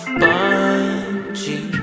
bungee